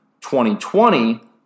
2020